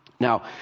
Now